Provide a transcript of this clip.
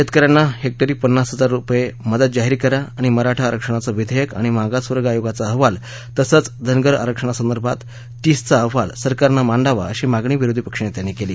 शेतकऱ्यांना हेक्टरी पन्नास हजार रुपये मदत जाहीर करा आणि मराठा आरक्षणाचं विधेयक आणि मागासवर्ग आयोगाचा अहवाल तसंच धनगर आरक्षणासंदर्भात टीस चा अहवाल सरकारने मांडावा अशी मागणी विरोधी पक्षनेत्यांनी केली